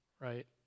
Right